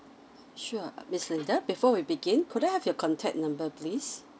sure miss linda before we begin could I have your contact number please